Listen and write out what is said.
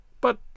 but